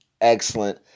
excellent